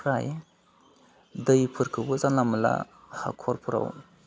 आमफ्राय दैफोरखौबो जानला मोनला हाखरफ्राव